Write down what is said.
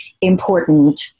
important